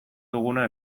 duguna